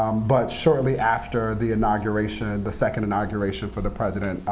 um but shortly after the inauguration, the second inauguration for the president,